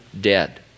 dead